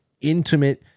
intimate